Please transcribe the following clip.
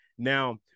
Now